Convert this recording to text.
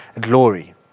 glory